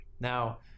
Now